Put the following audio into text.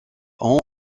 ont